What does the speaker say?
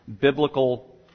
biblical